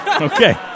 Okay